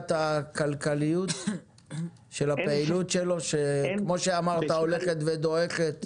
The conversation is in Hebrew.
בעיית הכלכליות של הפעילות שלו שכמו שאמרת הולכת ודועכת?